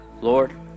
Lord